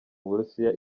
burusiya